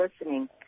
listening